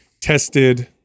tested